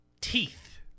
teeth